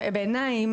בעיניי,